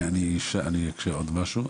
אני אשאל דבר נוסף.